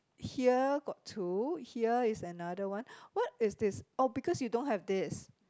here got two here is another one what is this oh because you don't have this